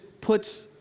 puts